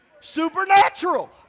supernatural